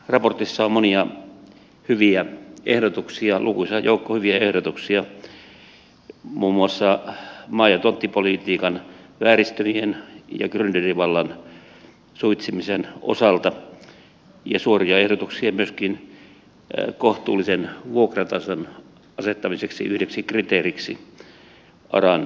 raportissa on monia hyviä ehdotuksia lukuisa joukko hyviä ehdotuksia muun muassa maa ja tonttipolitiikan vääristymien ja grynderivallan suitsimisen osalta ja suoria ehdotuksia myöskin kohtuullisen vuokratason asettamiseksi yhdeksi kriteeriksi aran tuille